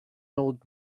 old